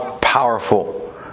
powerful